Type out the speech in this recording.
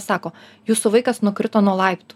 sako jūsų vaikas nukrito nuo laipt